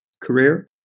career